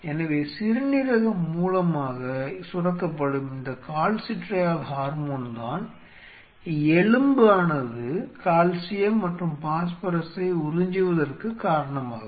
எனவே சிறுநீரகம் மூலமாக சுரக்கப்படும் இந்த கால்சிட்ரியால் ஹார்மோன்தான் எலும்பானது கால்சியம் மற்றும் பாஸ்பரஸை உறிஞ்சுவதற்கு காரணமாகும்